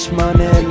money